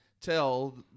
tell